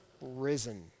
risen